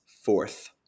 fourth